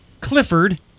Clifford